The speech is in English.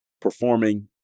performing